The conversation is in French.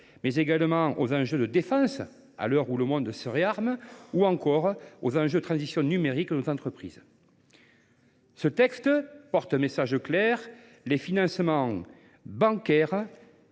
mais également à la défense, à l’heure où le monde se réarme, ou encore à la transition numérique de nos entreprises. Ce texte part d’un constat clair : les financements bancaires